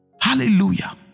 hallelujah